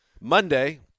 Monday